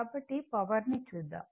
కాబట్టి పవర్ ని చూద్దాము